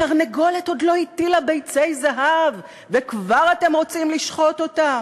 התרנגולת עוד לא הטילה ביצי זהב וכבר אתם רוצים לשחוט אותה?